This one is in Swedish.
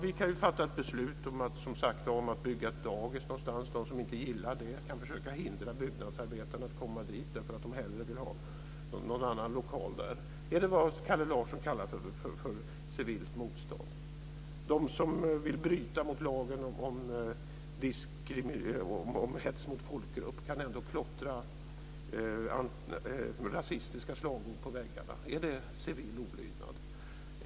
Vi kan t.ex. fatta ett beslut om att bygga ett dagis någonstans, och de som inte gillar det kan försöka hindra byggnadsarbetarna från att komma dit därför att de hellre vill ha någon annan lokal där. Är det vad Kalle Larsson kallar för civilt motstånd? De som vill bryta mot lagen om hets mot folkgrupp kan klottra rasistiska slagord på väggarna. Är det civil olydnad?